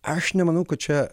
aš nemanau kad čia